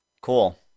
Cool